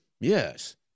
Yes